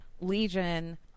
Legion